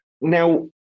now